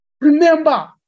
Remember